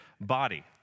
body